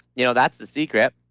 you know that's the secret.